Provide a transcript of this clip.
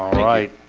all right